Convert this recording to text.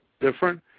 different